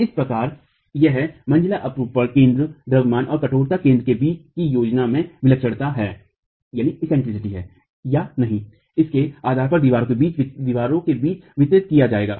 इस प्रकार यह मंजिला अपरूपण केंद्र द्रव्यमान और कठोरता के केंद्र के बीच की योजना में विलक्षणता है या नहीं इसके आधार पर दीवारों के बीच वितरित किया जाएगा